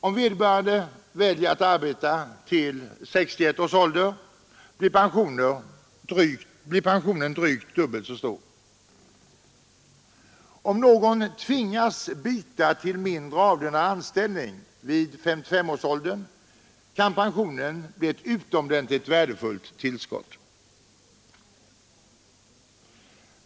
Om vederbörande i stället väljer att arbeta till 61 års ålder, blir pensionen drygt dubbel så stor. Om någon tvingats byta till mindre avlönad anställning vid 55 års ålder, kan pensionen bli ett utomordentligt värdefullt tillskott.